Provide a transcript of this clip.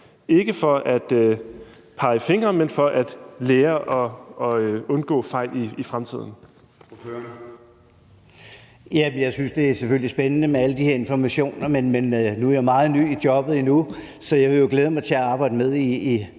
Gade): Ordføreren. Kl. 13:14 Jan Carlsen (M): Jeg synes, det selvfølgelig er spændende med alle de her informationer, men nu er jeg meget ny i jobbet endnu, så jeg vil glæde mig til at arbejde med i